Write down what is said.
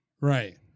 Right